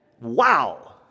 Wow